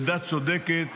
עמדה צודקת,